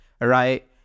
right